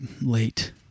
late